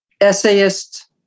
essayist